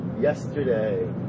yesterday